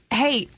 hey